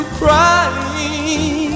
crying